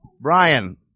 Brian